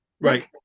right